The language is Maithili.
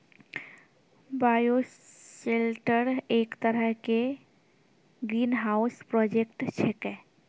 बायोशेल्टर एक तरह के ग्रीनहाउस प्रोजेक्ट छेकै